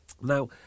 Now